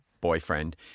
boyfriend